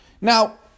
Now